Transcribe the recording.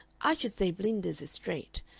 i should say blinders is straight.